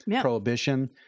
Prohibition